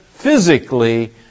physically